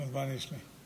כמה זמן יש לי?